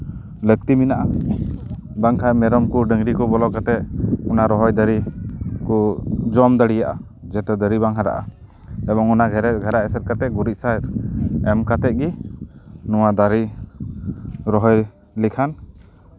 ᱞᱟᱹᱠᱛᱤ ᱢᱮᱱᱟᱜᱼᱟ ᱵᱟᱝᱠᱷᱟᱱ ᱢᱮᱨᱚᱢ ᱠᱚ ᱰᱟᱹᱝᱨᱤ ᱠᱚ ᱵᱚᱞᱚ ᱠᱟᱛᱮᱜ ᱚᱱᱟ ᱨᱚᱦᱚᱭ ᱫᱟᱨᱮ ᱠᱚ ᱡᱚᱢ ᱫᱟᱲᱮᱭᱟᱜᱼᱟ ᱡᱟᱛᱮ ᱫᱟᱨᱮ ᱵᱟᱝ ᱦᱟᱨᱟᱜᱼᱟ ᱮᱵᱚᱝ ᱚᱱᱟ ᱜᱷᱮᱨᱟ ᱮᱥᱮᱫ ᱠᱟᱛᱮ ᱜᱩᱨᱤᱡ ᱥᱟᱨ ᱮᱢ ᱠᱟᱛᱮ ᱜᱮ ᱱᱚᱣᱟ ᱫᱟᱨᱮ ᱨᱚᱦᱚᱭ ᱞᱮᱠᱷᱟᱱ